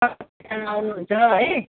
कतिजना आउनुहुन्छ है